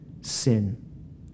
sin